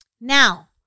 Now